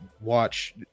watch